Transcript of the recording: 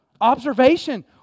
Observation